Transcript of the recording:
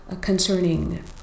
concerning